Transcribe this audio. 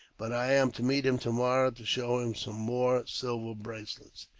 but i am to meet him tomorrow, to show him some more silver bracelets.